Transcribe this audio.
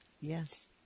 Yes